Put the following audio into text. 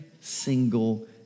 single